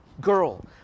girl